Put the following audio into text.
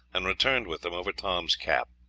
and returned with them over tom's cap.